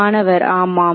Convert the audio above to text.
மாணவர் ஆமாம்